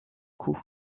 coup